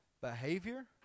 behavior